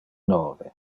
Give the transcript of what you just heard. nove